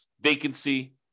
vacancy